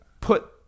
put